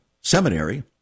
seminary